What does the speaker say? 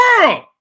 world